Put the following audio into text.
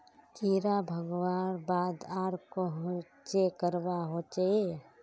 कीड़ा भगवार बाद आर कोहचे करवा होचए?